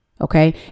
okay